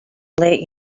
let